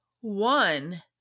One